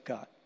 God